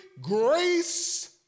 grace